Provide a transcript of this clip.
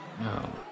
No